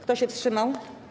Kto się wstrzymał?